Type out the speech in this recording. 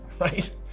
right